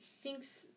thinks